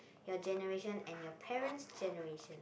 your generation and your parent's generation